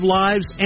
lives